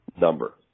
number